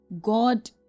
God